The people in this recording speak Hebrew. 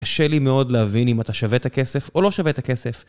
קשה לי מאוד להבין אם אתה שווה את הכסף או לא שווה את הכסף.